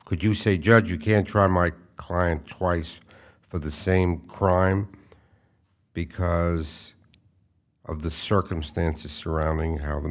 could you say judge you can't try my client twice for the same crime because of the circumstances surrounding how the